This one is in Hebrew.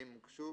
ואם הוגשו,